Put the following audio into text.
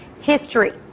history